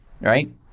right